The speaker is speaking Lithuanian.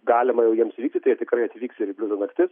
galima jau jiems vykti tai jie tikrai atvyks ir į bliuzo naktis